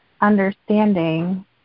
understanding